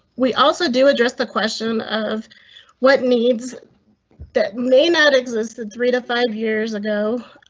we also do address the question of what needs that may not exist in three to five years ago,